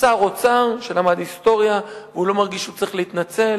שר אוצר שלמד היסטוריה והוא לא מרגיש שהוא צריך להתנצל,